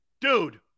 Dude